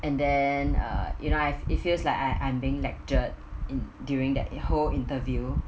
and then uh you know I it feels like I I'm being lectured in during that whole interview